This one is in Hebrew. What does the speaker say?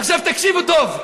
עכשיו תקשיבו טוב: